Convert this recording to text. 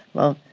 well,